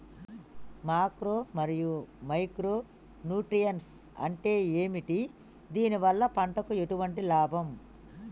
Macro మరియు micro nutrients అంటే ఏమిటి? దీనివల్ల పంటకు ఎటువంటి లాభం?